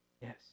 yes